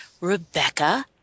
Rebecca